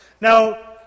Now